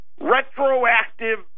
retroactive